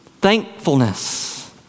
thankfulness